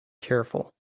careful